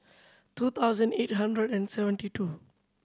two thousand eight hundred and seventy two